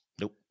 nope